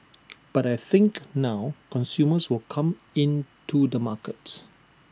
but I think now consumers will come in to the markets